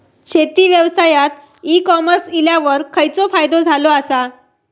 शेती व्यवसायात ecommerce इल्यावर खयचो फायदो झालो आसा?